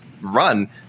run